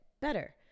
better